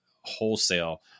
wholesale